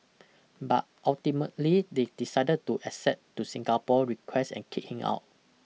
but ultimately they decided to accede to Singapore's request and kick him out